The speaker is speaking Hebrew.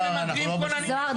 דקה -- זהר אנחנו לא בשוק -- זוהר,